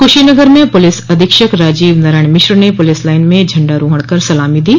कुशीनगर में पुलिस अधीक्षक राजीव नारायण मिश्र ने पुलिस लाइन में झंडारोहण कर सलामी दी